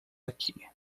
aqui